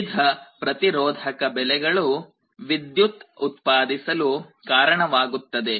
ವಿವಿಧ ಪ್ರತಿರೋಧಕ ಬೆಲೆಗಳು ವಿದ್ಯುತ್ ಉತ್ಪಾದಿಸಲು ಕಾರಣವಾಗುತ್ತದೆ